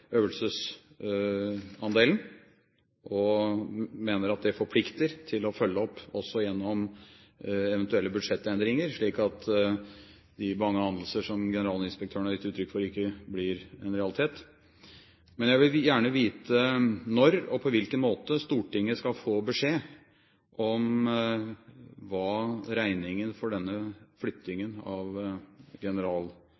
øvelsesandelen og mener at det forplikter til å følge opp også gjennom eventuelle budsjettendringer, slik at de bange anelser som generalinspektøren har gitt uttrykk for, ikke blir en realitet. Jeg vil gjerne vite når og på hvilken måte Stortinget skal få beskjed om hva regningen for denne